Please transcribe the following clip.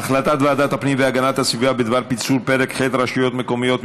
החלטת ועדת הפנים והגנת הסביבה בדבר פיצול פרק ח' רשויות מקומיות,